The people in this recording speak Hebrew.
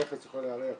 המכס יכול להיערך,